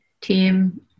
team